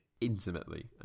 Intimately